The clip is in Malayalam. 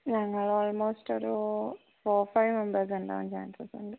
ഞങ്ങൾ ഓൾമോസ്റ്റ് ഒരു ഫോർ ഫൈവ് മെമ്പേഴ്സ് ഉണ്ടാവാൻ ചാൻസസ് ഉണ്ട്